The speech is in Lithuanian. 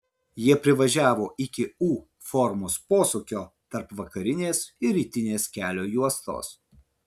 jie privažiavo iki u formos posūkio tarp vakarinės ir rytinės kelio juostos